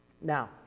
now